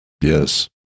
Yes